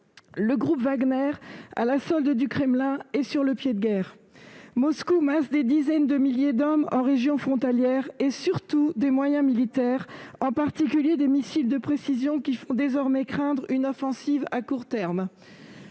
Le groupe Wagner, à la solde du Kremlin, est sur le pied de guerre. Moscou masse des dizaines de milliers d'hommes en région frontalière, surtout des moyens militaires, en particulier des missiles de précision, qui font désormais craindre une offensive à court terme.